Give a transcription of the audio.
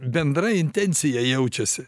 bendra intencija jaučiasi